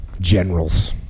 generals